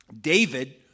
David